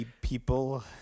people